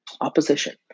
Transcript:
opposition